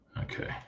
Okay